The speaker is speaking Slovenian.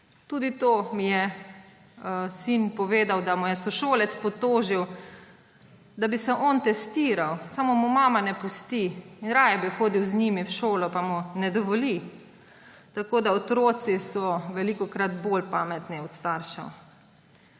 Sin mi je povedal tudi to, da mu je sošolec potožil, da bi se on testiral, samo mu mama ne pusti, in raje bi hodil z njimi v šolo, pa mu ne dovoli. Tako da otroci so velikokrat bolj pametni od staršev.